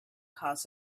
caused